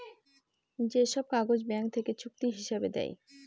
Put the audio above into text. যে সব কাগজ ব্যাঙ্ক থেকে চুক্তি হিসাবে দেয়